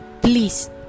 please